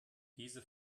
diese